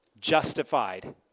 justified